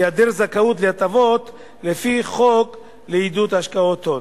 היעדר זכאות להטבות לפי חוק לעידוד השקעות הון.